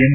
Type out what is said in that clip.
M